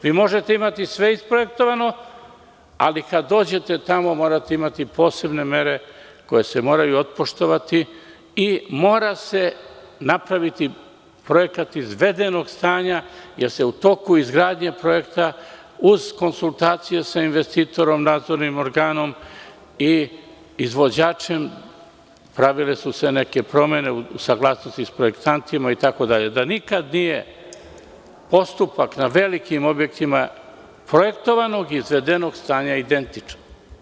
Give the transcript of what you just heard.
Vi možete imati sve isprojektovano, ali kada dođete tamo, morate imati posebne mere koje se moraju otpoštovati i mora se napraviti projekat izvedenog stanja, jer se u toku izgradnje projekta, uz konsultacije sa investitorom, nadzornim organom i izvođačem, pravile su se neke promene u saglasnosti sa projektantima itd, da nikada nije postupak na velikim objektima projektovanog, izvedenog stanja identičan.